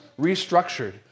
restructured